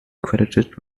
credited